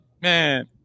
man